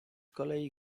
kolei